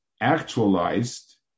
actualized